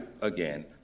again